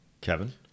Kevin